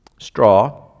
straw